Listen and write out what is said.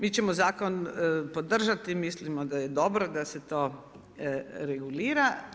Mi ćemo zakon podržati, mislimo da je dobro, da se to regulira.